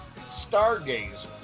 stargazer